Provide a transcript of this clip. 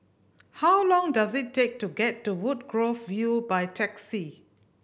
how long does it take to get to Woodgrove View by taxi